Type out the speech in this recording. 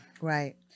right